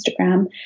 Instagram